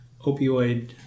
opioid